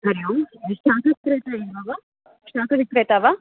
हरिः ओम् शाकं तत् वा शाकविक्रेता वा